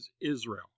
Israel